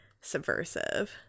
subversive